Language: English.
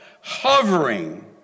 Hovering